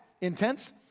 intense